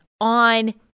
on